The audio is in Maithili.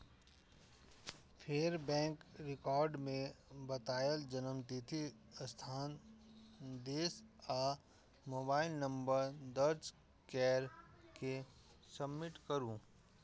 फेर बैंक रिकॉर्ड मे बतायल जन्मतिथि, स्थान, देश आ मोबाइल नंबर दर्ज कैर के सबमिट करू